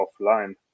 offline